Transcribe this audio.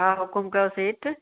हा हुक़ुम कयो सेठ